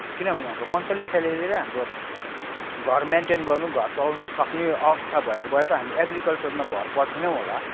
किनभने हाम्रो मन्थली स्यालेरीले हाम्रो घर मेन्टेन गर्न घर चलाउन सक्ने अवस्था भएको भए त हामी एग्रिकल्चरमा भर पर्थेनौँ होला